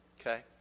Okay